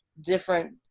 different